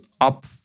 up